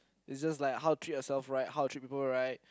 is just like how treat yourself right how to treat people right